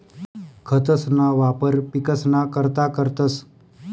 खतंसना वापर पिकसना करता करतंस